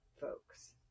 folks